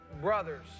brothers